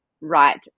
right